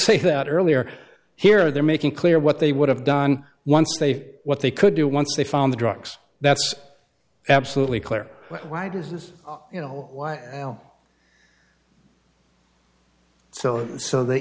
say that earlier here they're making clear what they would have done once they what they could do once they found the drugs that's absolutely clear why does you know why so so th